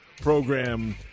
program